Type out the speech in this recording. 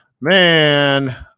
man